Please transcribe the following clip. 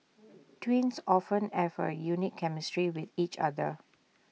twins often have A unique chemistry with each other